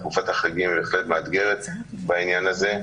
ותקופת החגים בהחלט מאתגרת בעניין הזה,